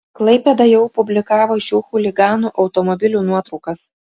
klaipėda jau publikavo šių chuliganų automobilių nuotraukas